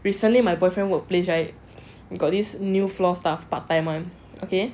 recently my boyfriend workplace right got this new floor staff part time [one] okay